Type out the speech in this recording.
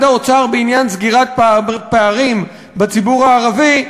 האוצר בעניין סגירת פערים בציבור הערבי,